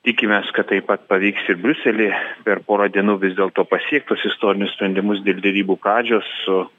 tikimės kad taip pat pavyks ir briuselį per porą dienų vis dėlto pasiekt tuos istorinius sprendimus dėl derybų pradžios su